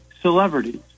celebrities